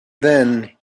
then